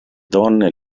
donne